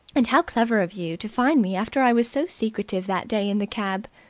and how clever of you to find me after i was so secretive that day in the cab!